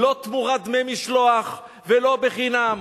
לא תמורת דמי משלוח ולא בחינם.